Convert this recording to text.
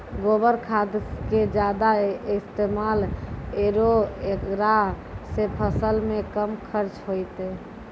गोबर खाद के ज्यादा इस्तेमाल करौ ऐकरा से फसल मे कम खर्च होईतै?